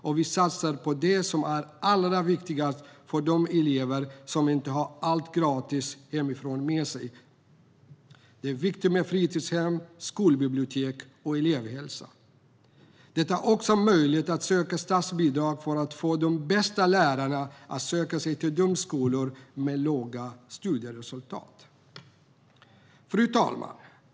Och vi satsar på de som är allra viktigast, på de elever som inte har med sig allt gratis hemifrån. Det är viktigt med fritidshem, skolbibliotek och elevhälsa. Det är också möjligt att söka statsbidrag för att få de bästa lärarna att söka sig till skolor med låga studieresultat. Fru talman!